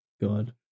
God